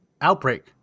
outbreak